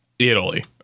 Italy